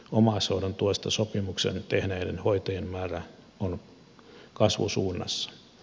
omaishoidon tuesta sopimuksen tehneiden hoitajien määrä on kasvusuunnassa